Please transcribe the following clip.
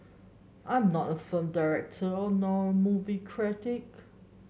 I'm not a film director or nor a movie critic